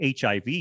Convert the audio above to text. HIV